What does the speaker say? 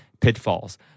pitfalls